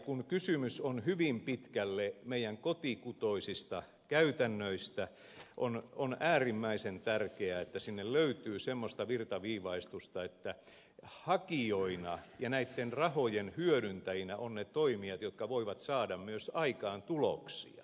kun kysymys on hyvin pitkälle meidän kotikutoisista käytännöistämme on äärimmäisen tärkeää että sinne löytyy semmoista virtaviivaistusta että hakijoina ja rahojen hyödyntäjinä ovat ne toimijat jotka voivat saada myös aikaan tuloksia